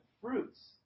fruits